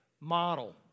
Model